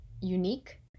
unique